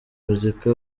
umuziki